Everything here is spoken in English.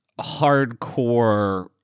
hardcore